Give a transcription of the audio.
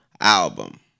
album